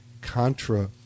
contra